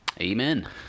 Amen